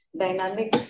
dynamic